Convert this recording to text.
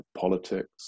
politics